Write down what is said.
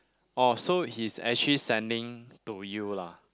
oh so he's actually sending to you